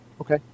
okay